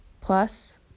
Plus